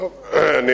אני